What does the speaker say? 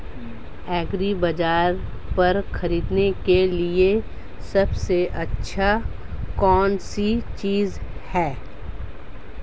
एग्रीबाज़ार पर खरीदने के लिए सबसे अच्छी चीज़ कौनसी है?